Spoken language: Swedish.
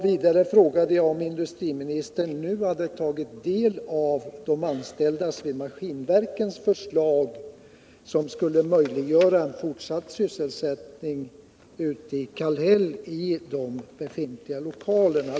Vidare frågade jag om industriministern nu hade tagit del av förslaget från de anställda vid Maskinverken, vilket skulle möjliggöra fortsatt sysselsättning i Kallhäll i de befintliga lokalerna.